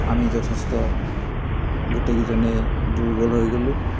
আমি যথেষ্ট গোটেইকেইজনেই দুৰ্বল হৈ গ'লোঁ